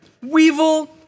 Weevil